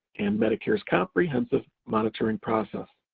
and medicare's comprehensive monitoring process.